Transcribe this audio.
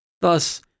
Thus